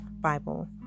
Bible